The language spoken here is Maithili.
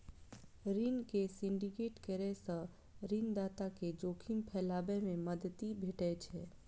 ऋण के सिंडिकेट करै सं ऋणदाता कें जोखिम फैलाबै मे मदति भेटै छै